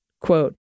Quote